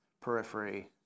periphery